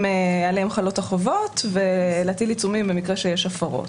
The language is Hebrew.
עליהם חלות החובות ולהטיל עיצומים במקרה שיש הפרות.